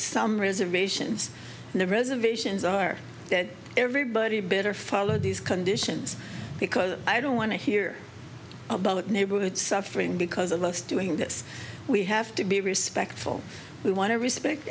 some reservations and the reservations are that everybody better follow these conditions because i don't want to hear about the neighborhood suffering because of us doing this we have to be respectful we want to